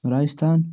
Rajasthan